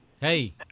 hey